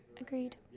agreed